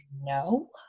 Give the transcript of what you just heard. No